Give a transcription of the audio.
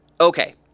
Okay